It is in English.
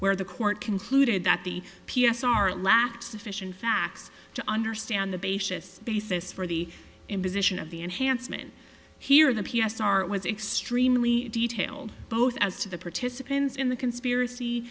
where the court concluded that the p s r lacked sufficient facts to understand the basis basis for the imposition of the enhancement here the p s r was extremely detailed both as to the participants in the conspiracy